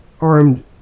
armed